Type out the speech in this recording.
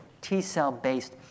T-cell-based